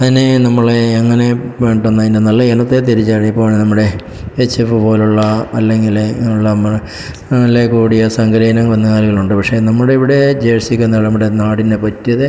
അതിന് നമ്മൾ എങ്ങനെ പെട്ടെന്ന് അതിനെ നല്ല ഇനത്തെ തിരിച്ചറിയുമ്പോൾ ഇപ്പോൾ നമ്മുടെ എച്ച് എഫ് പോലുള്ള അല്ലെങ്കിൽ ഉള്ള നമ്മൾ വില കൂടിയ സംകര ഇനം കന്നുകാലികളുണ്ട് പക്ഷേ നമ്മുടെ ഇവിടെ ജേഴ്സി കന്നാണ് നമ്മുടെ നാടിന് പറ്റിയത്